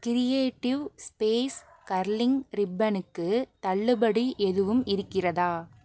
creative space curling ரிப்பனுக்கு தள்ளுபடி எதுவும் இருக்கிறதா